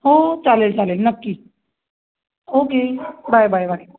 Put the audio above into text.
हो चालेल चालेल नक्की ओके बाय बाय बाय